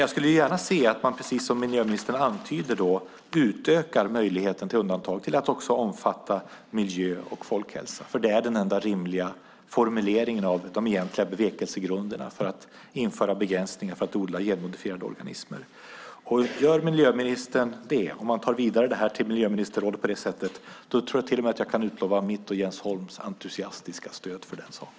Jag skulle gärna se att man, precis som miljöministern antyder, utökar möjligheten till undantag till att också omfatta miljö och folkhälsa, för det är den enda rimliga formuleringen av de egentliga bevekelsegrunderna för att införa begränsningar för odling av genmodifierade organismer. Om miljöministern tar detta vidare till miljöministerrådet på det sättet tror jag till och med att jag kan utlova mitt och Jens Holms entusiastiska stöd för den saken.